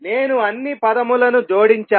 నేను అన్ని పదములను జోడించాను